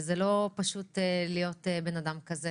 זה לא פשוט להיות בן אדם כזה.